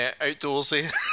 outdoorsy